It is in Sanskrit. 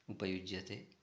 उपयुज्यते